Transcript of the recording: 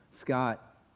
Scott